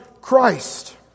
Christ